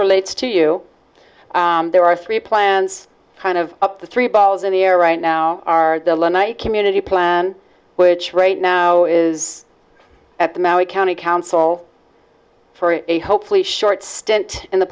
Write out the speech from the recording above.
relates to you there are three plants kind of up the three balls in the air right now are the one community plan which right now is at the maui county council for a hopefully short stint in the